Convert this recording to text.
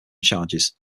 charges